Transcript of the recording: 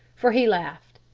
for he laughed.